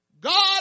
God